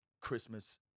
Christmas